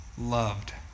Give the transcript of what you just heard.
loved